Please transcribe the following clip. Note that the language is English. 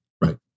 Right